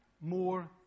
more